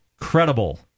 credible